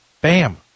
Bam